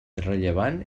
rellevant